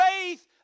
faith